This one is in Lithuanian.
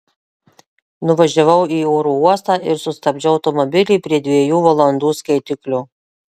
nuvažiavau į oro uostą ir sustabdžiau automobilį prie dviejų valandų skaitiklio